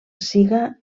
siga